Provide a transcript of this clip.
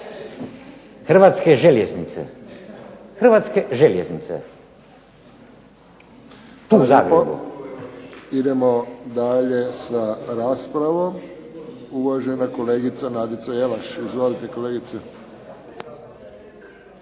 Hrvatske željeznice. **Friščić, Josip (HSS)** Idemo dalje sa raspravom. Uvažena kolegica Nadica Jelaš. Izvolite kolegice.